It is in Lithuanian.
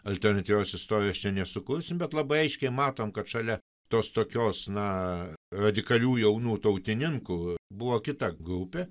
alternatyvios istorijos čia nesukursim bet labai aiškiai matom kad šalia tos tokios na radikalių jaunų tautininkų buvo kita grupė